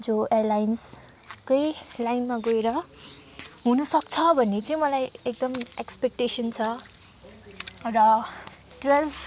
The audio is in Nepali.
जो एयरलाइन्सकै लाइनमा गएर हुनसक्छ भन्ने चाहिँ मलाई एकदम एक्सपेटेसन छ र ट्वेल्भ